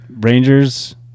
Rangers